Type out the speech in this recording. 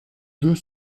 deux